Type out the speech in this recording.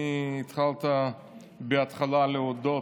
התחלת בהתחלה להודות,